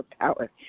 power